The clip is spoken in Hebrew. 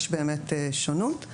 יש באמת שונות,